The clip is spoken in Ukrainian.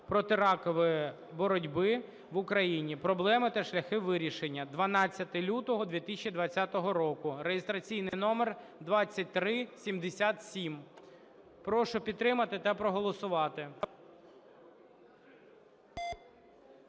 протиракової боротьби в Україні. Проблеми та шляхи їх вирішення" (12 лютого 2020 року) (реєстраційний номер 2377). Прошу підтримати та проголосувати.